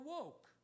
awoke